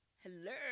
hello